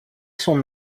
son